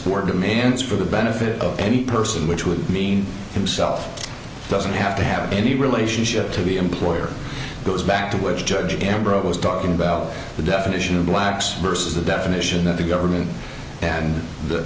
work demands for the benefit of any person which would mean himself doesn't have to have any relationship to the employer goes back to which judge ambrose talking about the definition of blacks versus the definition of the government